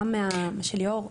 גם מליאור,